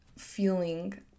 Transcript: feeling